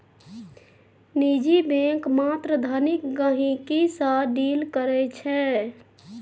निजी बैंक मात्र धनिक गहिंकी सँ डील करै छै